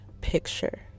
picture